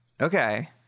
Okay